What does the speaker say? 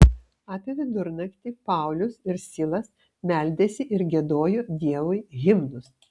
apie vidurnaktį paulius ir silas meldėsi ir giedojo dievui himnus